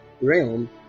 realm